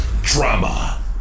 Drama